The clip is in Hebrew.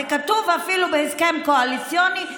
זה כתוב אפילו בהסכם קואליציוני,